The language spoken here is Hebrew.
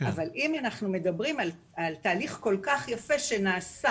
אבל אם אנחנו מדברים על תהליך כל כך יפה שנעשה